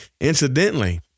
Incidentally